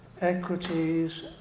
equities